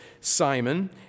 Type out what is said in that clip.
Simon